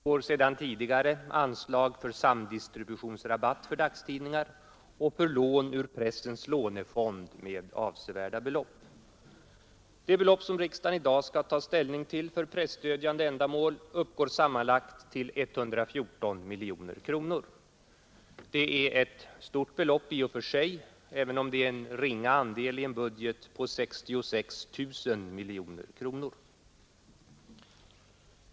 Herr talman! Det är nu tredje året som riksdagen skall anvisa medel till produktionsbidrag för dagstidningar. Första året — 1971 — var det ett belopp om 36 miljoner kronor. Förra året höjdes det till 67 miljoner kronor, och samma belopp föreslås nu i år. Utöver de här beloppen utgår sedan tidigare anslag till distributionsrabatt för dagstidningar och för lån ur Pressens lånefond med avsevärda belopp. De belopp för presstödjande ändamål som riksdagen i dag skall ta ställning till uppgår sammanlagt till 114 miljoner kronor, Det är ett stort belopp även om det utgör en ringa andel av en budget på 66 000 miljoner kronor.